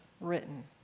written